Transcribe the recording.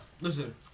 listen